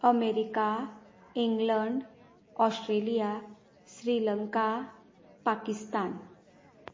America England Australia Sri Lanka Pakistan